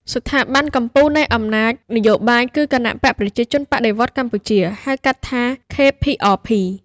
ស្ថាប័នកំពូលនៃអំណាចនយោបាយគឺ "គណបក្សប្រជាជនបដិវត្តន៍កម្ពុជា" (ហៅកាត់ថា KPRP)។